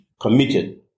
committed